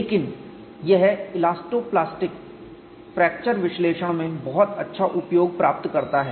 लेकिन यह elasto plastic fracture विश्लेषण में बहुत अच्छा उपयोग प्राप्त करता है